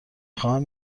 خواهم